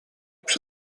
przy